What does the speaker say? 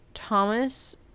Thomas